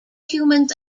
humans